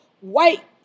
white